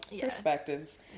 perspectives